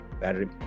battery